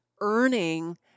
earning